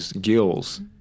gills